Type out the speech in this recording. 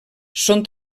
són